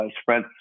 spread